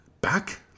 back